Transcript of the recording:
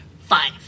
Five